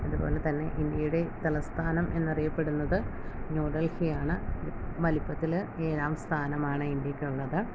അതുപോലെ തന്നെ ഇന്ത്യയുടെ തലസ്ഥാനം എന്ന് അറിയപ്പെടുന്നത് ന്യൂഡൽഹിയാണ് വലുപ്പത്തിൽ ഏഴാം സ്ഥാനമാണ് ഇന്ത്യയ്ക്കുള്ളത്